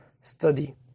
study